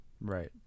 Right